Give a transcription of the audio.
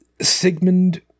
Sigmund